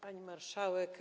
Pani Marszałek!